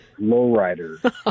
Lowrider